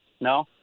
No